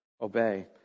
Obey